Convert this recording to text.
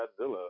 Godzilla